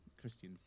Christian